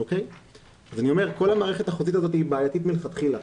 כל המערכת החוזית הזאת היא בעייתית מלכתחילה.